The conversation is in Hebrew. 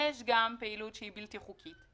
יש גם פעילות שהיא בלתי חוקית,